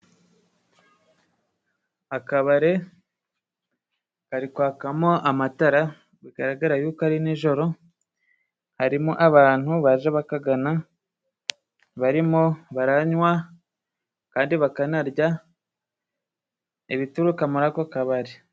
Akabare kari kwakamo amatara bigaragara yuko ari nijoro, harimo abantu baje bakagana. Barimo baranywa kandi bakanarya ibituruka muri ako kabari.